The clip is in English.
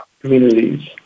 communities